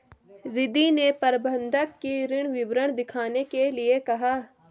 रिद्धी ने प्रबंधक को ऋण विवरण दिखाने के लिए कहा